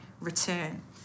return